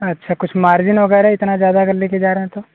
अच्छा कुछ मार्जिन वगैरह इतना ज्यादा अगर लेके जा रहे हैं तो